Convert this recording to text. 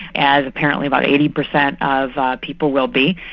as apparently about eighty percent of people will be.